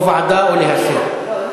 או ועדה או להסיר.